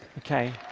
okay.